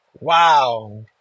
Wow